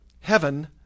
Heaven